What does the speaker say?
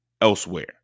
elsewhere